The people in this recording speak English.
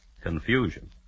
Confusion